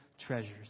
treasures